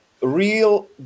real